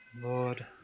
Lord